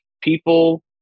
people